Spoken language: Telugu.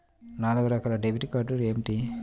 నాలుగు రకాల డెబిట్ కార్డులు ఏమిటి?